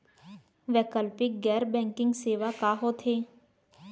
वैकल्पिक गैर बैंकिंग सेवा का होथे?